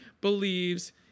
believes